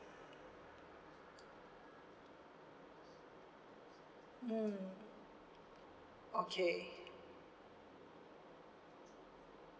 mm okay